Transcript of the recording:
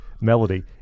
melody